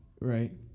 right